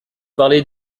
parler